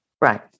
Right